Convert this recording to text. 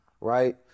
right